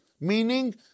Meaning